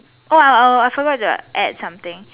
oh oh oh I forgot to add something